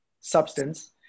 substance